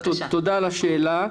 תודה על השאלה.